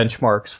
benchmarks